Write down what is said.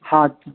ہاں